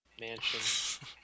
mansion